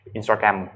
Instagram